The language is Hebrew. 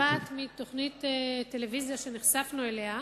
נובעת מתוכנית טלוויזיה שנחשפנו אליה,